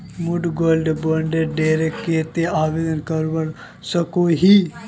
मुई gold bond डेर केते आवेदन करवा सकोहो ही?